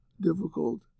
difficult